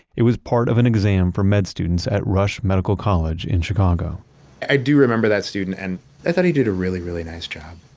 it was part of an exam for med students at rush medical college in chicago i do remember that student and i thought he did a really, really nice job